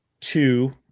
two